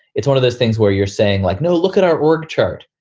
it's one of those things where you're saying, like, no, look at our org chart.